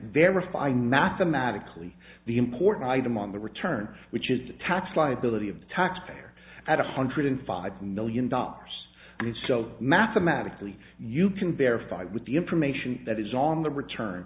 verify mathematically the important item on the return which is the tax liability of the tax payer at a hundred and five million dollars and so mathematically you can verify with the information that is on the return